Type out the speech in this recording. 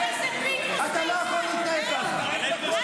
אתה לא יכול להתנהג ככה.